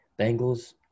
Bengals